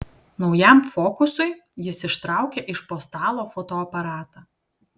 naujam fokusui jis ištraukė iš po stalo fotoaparatą